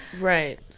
right